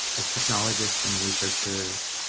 as technologists and researchers,